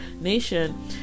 nation